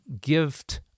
gift